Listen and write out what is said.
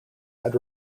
had